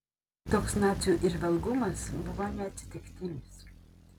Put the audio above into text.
toks nacių įžvalgumas buvo neatsitiktinis